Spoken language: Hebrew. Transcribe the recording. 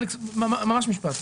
אני מבקש לומר משפט,